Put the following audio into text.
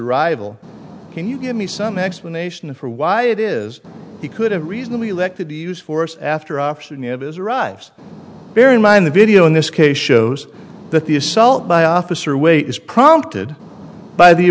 arrival can you give me some explanation for why it is he could have reasonably elected to use force after office and it is arrives bear in mind the video in this case shows that the assault by officer way is prompted by the